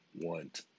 want